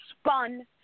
spun